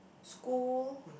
school